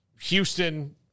Houston